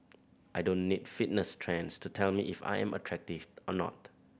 I don't need fitness trends to tell me if I am attractive or not